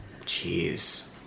Jeez